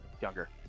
Younger